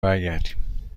برگردیم